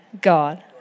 God